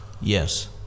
Yes